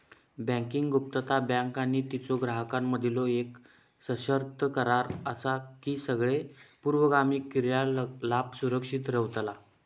banking गुप्तता, bank आणि तिच्यो ग्राहकांमधीलो येक सशर्त करार असा की सगळे पूर्वगामी क्रियाकलाप सुरक्षित रव्हतला